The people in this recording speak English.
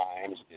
times